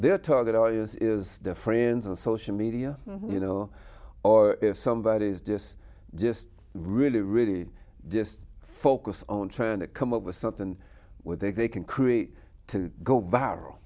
their target audience is their friends and social media you know or if somebody is just just really really just focus on trying to come up with something where they can create to